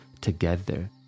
together